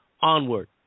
onward